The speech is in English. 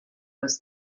was